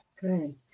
Good